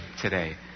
today